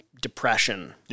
depression